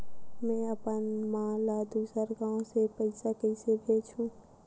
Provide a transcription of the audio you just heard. में अपन मा ला दुसर गांव से पईसा कइसे भेजहु?